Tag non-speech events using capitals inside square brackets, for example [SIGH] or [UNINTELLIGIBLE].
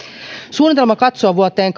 suunnitelma katsoo vuoteen [UNINTELLIGIBLE]